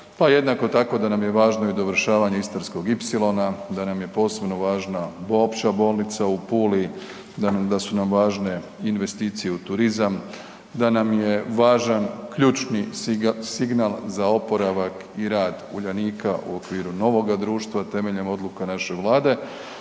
jednako tako da nam je važno i dovršavanje istarskog ipsilona, da nam je posebno važna Opće bolnica u Puli, da su nam važne investicije u turizam, da nam važan ključni signal za oporavak i rad Uljanika u okviru novoga društva temeljem odluka naše Vlade,